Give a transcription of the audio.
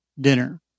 dinner